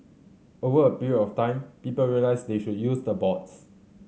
over a period of time people realise they should use the boards